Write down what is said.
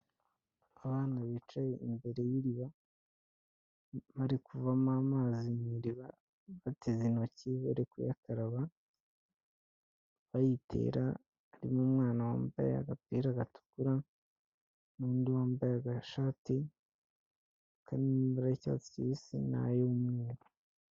Abana bicaye imbere y'iriba bari kuvomo amazi mu iriba bateze intoki bari kuyakaraba bayitera harimo umwana wambaye agapira gatukura n'undi wambaye agashati kamabara y'icyatsi kibisi n'ay'umweru.